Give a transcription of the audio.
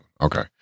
Okay